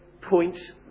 points